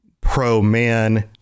pro-man